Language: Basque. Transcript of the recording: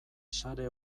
sare